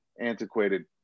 antiquated